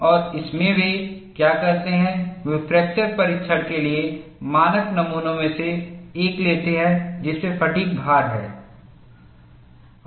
और इसमें वे क्या करते हैं वे फ्रैक्चर परीक्षण के लिए मानक नमूनों में से एक लेते हैं जिसपे फ़ैटिग्भार है